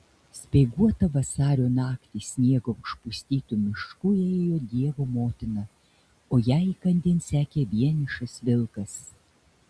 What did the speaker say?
speiguotą vasario naktį sniego užpustytu mišku ėjo dievo motina o jai įkandin sekė vienišas vilkas